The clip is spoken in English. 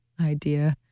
idea